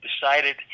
decided